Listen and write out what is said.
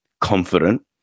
confident